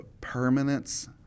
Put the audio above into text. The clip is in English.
permanence